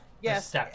yes